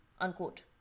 unquote